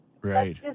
Right